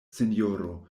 sinjoro